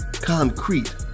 concrete